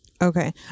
Okay